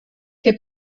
que